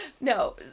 No